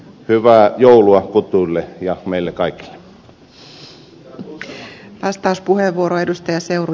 hyvää joulua kutuille ja meille kaikille